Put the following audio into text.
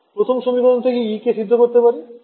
প্রথম সমীকরণ থেকে E কে সিদ্ধ করতে পারে কি